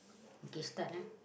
okay start ah